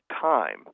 time